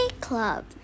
club